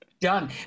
done